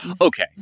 Okay